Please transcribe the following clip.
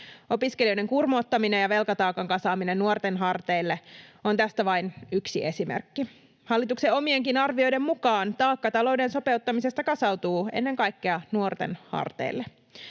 Opiskelijoiden kurmoottaminen ja velkataakan kasaaminen nuorten harteille on tästä vain yksi esimerkki. Hallituksen omienkin arvioiden mukaan taakka talouden sopeuttamisesta kasautuu ennen kaikkea nuorten harteille.